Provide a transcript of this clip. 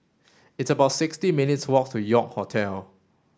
it's about sixty minutes' walk to York Hotel